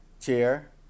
chair